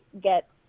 get